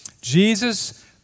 Jesus